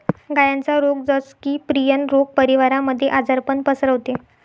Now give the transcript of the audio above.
गायांचा रोग जस की, प्रियन रोग परिवारामध्ये आजारपण पसरवते